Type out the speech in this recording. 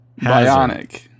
Bionic